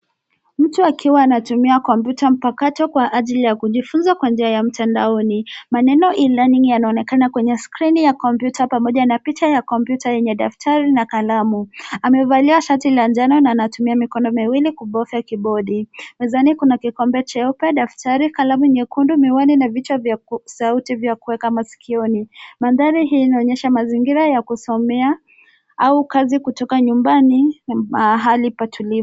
Mtu akiwa anatumia kompyuta mpakato kwa ajili ya kujifunza kwa njia ya mtandaoni. Maneno E-Learning yanaonekana kwenye skrini ya kompyuta pamoja na picha ya kompyuta yenye daftari na kalamu. Amevalia shati la njano na anatumia mikono miwili kubofya kibodi. Mezani kuna kikombe cheupe, daftari, kalamu nyekundu, miwani na vichwa vya sauti vya kuweka masikioni. Mandhari hii inaonyesha mazingira ya kusomea au kazi kutoka nyumbani mahali patulivu.